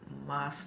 mask